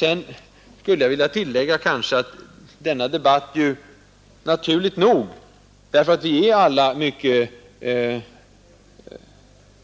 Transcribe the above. Denna debatt rör sig — naturligt nog, eftersom vi alla är